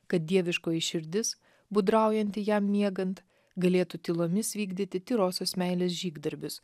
kad dieviškoji širdis gudraujanti jam miegant galėtų tylomis vykdyti tyrosios meilės žygdarbius